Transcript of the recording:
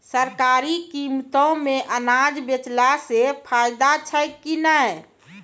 सरकारी कीमतों मे अनाज बेचला से फायदा छै कि नैय?